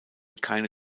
keine